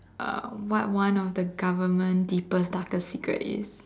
uh what one of the government deepest darkest secret is